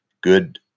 good